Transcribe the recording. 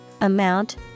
amount